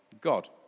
God